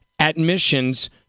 admissions